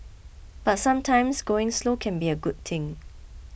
but sometimes going slow can be a good thing